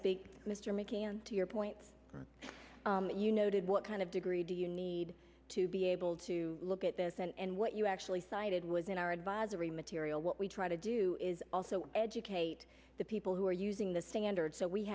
speak to mr mckeon to your point you noted what kind of degree do you need to be able to look at this and what you actually cited was in our advisory material what we try to do is also educate the people who are using the standard so we